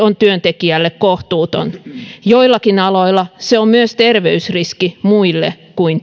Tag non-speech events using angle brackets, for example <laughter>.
<unintelligible> on työntekijälle kohtuuton joillakin aloilla se on myös terveysriski muille kuin <unintelligible>